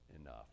enough